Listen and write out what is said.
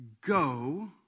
go